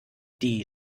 die